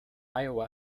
iowa